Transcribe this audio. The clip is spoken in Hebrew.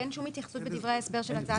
כי אין שום התייחסות בדברי ההסבר של הצעת החוק